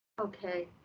okay